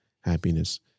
happiness